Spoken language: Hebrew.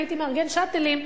הייתי מארגן "שאטלים".